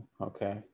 okay